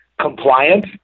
compliant